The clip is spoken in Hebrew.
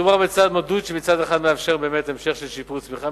מדובר בצעד מדוד שמצד אחד מאפשר באמת המשך של שיפור הצמיחה,